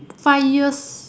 five years